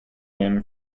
him